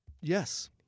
Yes